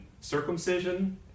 circumcision